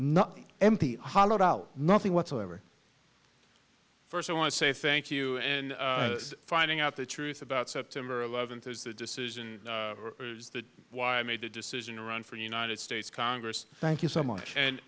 nothing empty hollowed out nothing whatsoever first i want to say thank you in finding out the truth about september eleventh is the decision is that why i made the decision to run for the united states congress thank you so much and